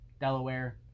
Delaware